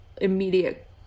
immediate